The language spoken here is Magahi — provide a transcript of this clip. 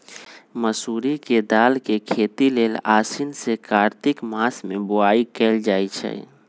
मसूरी के दाल के खेती लेल आसीन से कार्तिक मास में बोआई कएल जाइ छइ